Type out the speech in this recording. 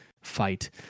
fight